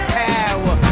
power